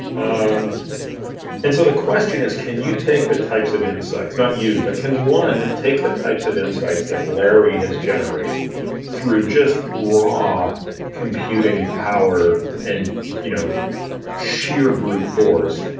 um and so the question is can you take the types of insights, not you, but can one take the types of insights that larry has generated through just raw computing power and you know sheer brute force,